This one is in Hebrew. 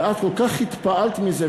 ואת כל כך התפעלת מזה,